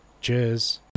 Cheers